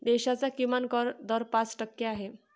देशाचा किमान कर दर पाच टक्के आहे